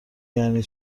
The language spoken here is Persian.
یعنی